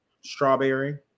strawberry